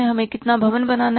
हमें कितना भवन बनाना है